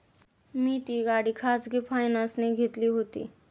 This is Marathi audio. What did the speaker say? मी ती गाडी खाजगी फायनान्सने घेतली होती